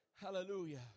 hallelujah